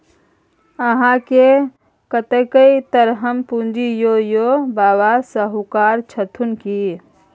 अहाँकेँ कतेक तरहक पूंजी यै यौ? बाबा शाहुकार छथुन की?